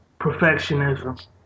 perfectionism